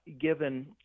given